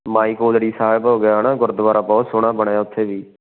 ਮਾਈ ਕੋਲਰੀ ਸਾਹਿਬ ਹੋ ਗਿਆ ਹੈ ਨਾ ਗੁਰਦੁਆਰਾ ਬਹੁਤ ਸੋਹਣਾ ਬਣਿਆ ਉੱਥੇ ਵੀ